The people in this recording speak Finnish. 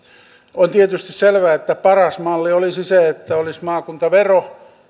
on tietysti selvä että paras malli olisi se että olisi maakuntavero